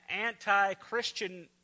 anti-Christian